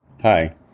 Hi